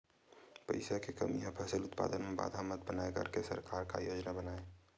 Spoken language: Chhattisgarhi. पईसा के कमी हा फसल उत्पादन मा बाधा मत बनाए करके सरकार का योजना बनाए हे?